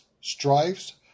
strifes